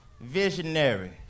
visionary